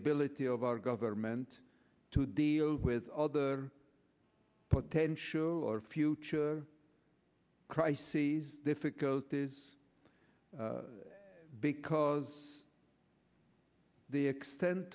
ability of our government to deal with other potential or future crises difficulties because the extent